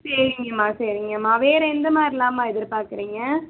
சரிங்கமா சரிங்கமா வேற எந்தமாதிரிலாமா எதிர்பார்க்குறிங்க